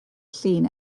llun